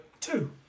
Two